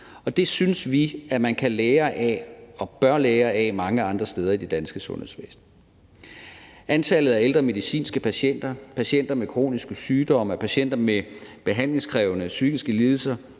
Det synes vi man kan lære af og bør lære af mange andre steder i det danske sundhedsvæsen. Antallet af ældre medicinske patienter, patienter med kroniske sygdomme og patienter med behandlingskrævende psykiske lidelser